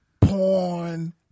porn